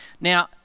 Now